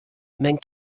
men